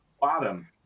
bottom